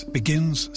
begins